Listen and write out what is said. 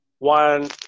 One